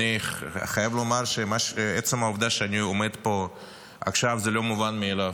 אני חייב לומר שעצם העובדה שאני עומד פה עכשיו זה לא מובן מאליו.